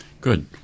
good